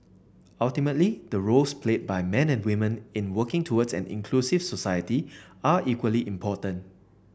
ultimately the roles played by men and women in working toward an inclusive society are equally important